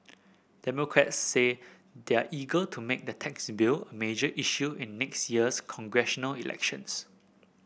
democrats say they're eager to make the tax bill a major issue in next year's congressional elections